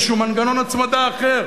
איזשהו מנגנון הצמדה אחר,